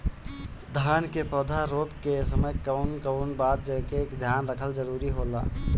धान के पौधा रोप के समय कउन कउन बात के ध्यान रखल जरूरी होला?